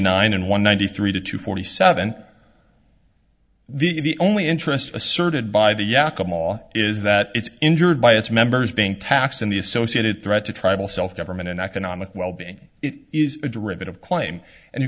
nine and one ninety three to two forty seven the only interest asserted by the yakima is that it's injured by its members being tax and the associated threat to tribal self government and economic wellbeing it is a derivative claim and you